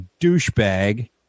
douchebag